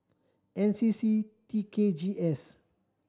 N C C T K G S